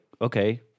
okay